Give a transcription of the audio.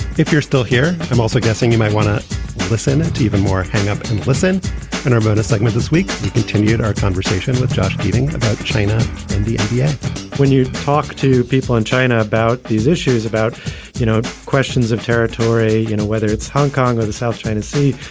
if you're still here i'm also guessing you might want to listen and to even more hang up and listen and our bonus segment this week we continued our conversation with josh keating about china and the nba yeah when you talk to people in china about these issues about you know questions of territory you know whether it's hong kong or the south china sea.